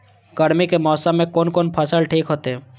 गर्मी के मौसम में कोन कोन फसल ठीक होते?